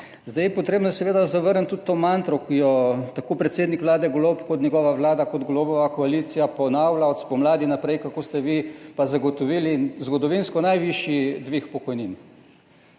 Seveda je potrebno zavrniti tudi to mantro, ki jo tako predsednik Vlade Golob kot njegova vlada, kot Golobova koalicija ponavlja od spomladi naprej, kako ste vi pa zagotovili zgodovinsko najvišji dvig pokojnin.